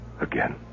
again